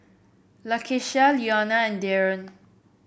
Lakeshia Leona and Daron